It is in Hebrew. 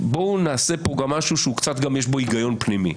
בואו נעשה פה גם משהו שיש בו קצת היגיון פנימי,